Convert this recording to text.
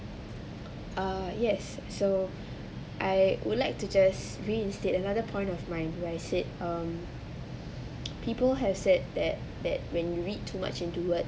uh yes so I would like to just reinstate another point of mine who I said um people had said that that when you read too much into words